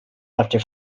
after